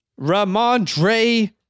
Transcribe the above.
Ramondre